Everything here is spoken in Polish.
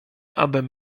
abym